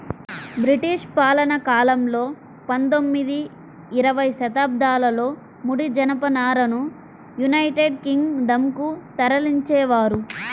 British పాలనాకాలంలో పందొమ్మిది, ఇరవై శతాబ్దాలలో ముడి జనపనారను యునైటెడ్ కింగ్ డం కు తరలించేవారు